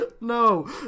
no